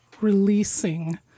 releasing